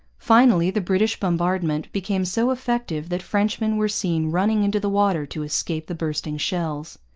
finally, the british bombardment became so effective that frenchmen were seen running into the water to escape the bursting shells.